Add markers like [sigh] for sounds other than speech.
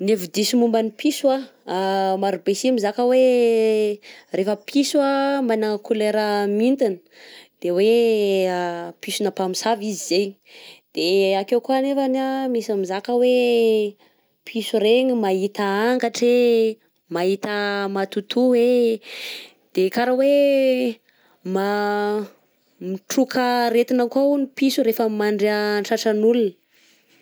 Ny hevi-diso momba ny piso an, [hesitation] maro be sy mizaka hoe [hesitation] rehefa piso managna couleur mintigna de hoe [hesitation] pisona mpamosavy izy zegny, de akeo koà nefany a misy mizaka hoe [hesitation] piso regny mahita angatra e, mahita matotoa e, de kara hoe [hesitation] mitroka aretina koà hono piso rehefa mandry an-tratran'olo.